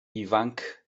ifanc